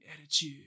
attitude